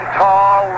tall